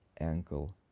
ankle